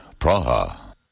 Praha